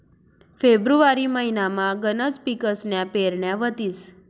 February महिनामा गनच पिकसन्या पेरण्या व्हतीस